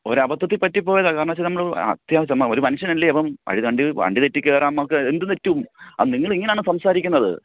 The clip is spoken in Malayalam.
ഒരബദ്ധത്തിൽ പറ്റിപോയതാ കാരണവശാൽ നമ്മൾ അത്യാവശ്യമായി ഒരു മനുഷ്യനല്ലേ അപ്പം വഴി വണ്ടി വണ്ടി തെറ്റി കയറാം നമുക്ക് എന്ത് പറ്റും അത് നിങ്ങളിങ്ങനാണോ സംസാരിക്കുന്നത്